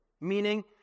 Meaning